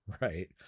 right